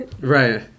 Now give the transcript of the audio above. Right